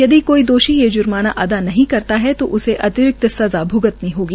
यदि कोई दोषी ये ज्र्माना अदा नहीं करता है तो उसे अतिरिक्त सज़ा भ्गतनी होगी